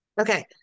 okay